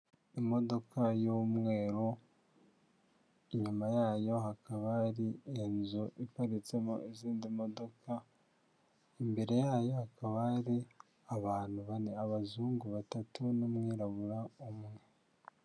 Imodoka y'umweru inyuma yayo hakaba hari inzu iparitsemo izindi modoka, imbere yayo hakaba hari abantu bane abazungu batatu n'umwirabura umwe.